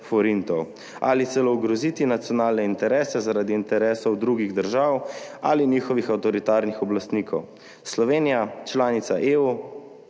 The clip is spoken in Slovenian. ali celo ogroziti nacionalne interese zaradi interesov drugih držav ali njihovih avtoritarnih oblastnikov. Slovenija, članica EU